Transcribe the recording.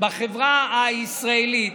בחברה הישראלית,